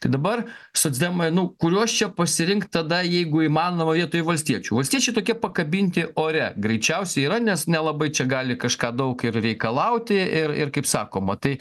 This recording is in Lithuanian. tai dabar socdemai nu kuriuos čia pasirinkt tada jeigu įmanoma vietoj valstiečių valstiečiai tokie pakabinti ore greičiausiai yra nes nelabai čia gali kažką daug ir reikalauti ir ir kaip sakoma tai